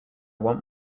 want